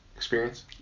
experience